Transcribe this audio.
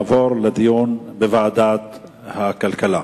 תעבור לדיון בוועדת הכלכלה.